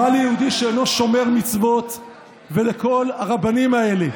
מה ליהודי שאינו שומר מצוות ולכל הרבנים האלה?